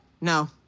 No